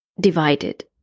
divided